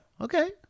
Okay